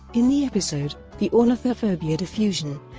in the episode the ornithophobia diffusion,